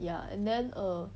ya and then err